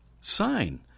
sign